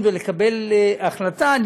לא מקבלים את ההמלצה שלו,